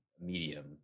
medium